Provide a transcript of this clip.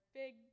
big